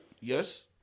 Yes